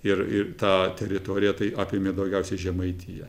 ir ir tą teritoriją tai apėmė daugiausiai žemaitiją